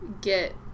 get